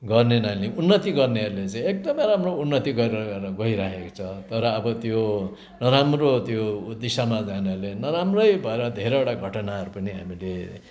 गर्ने नानीले उन्नति गर्नेहरूले चाहिँ एकदमै राम्रो उन्नति गरेर गइराखेको छ तर अब त्यो नराम्रो त्यो उ दिशामा जानेहरूले नराम्रै भएर धेरैवटा घटनाहरू पनि हामीले